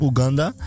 Uganda